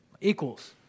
equals